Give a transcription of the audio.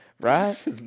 right